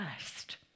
first